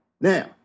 Now